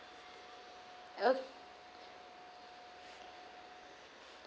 o~